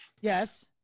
Yes